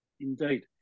Indeed